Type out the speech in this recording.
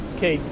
Okay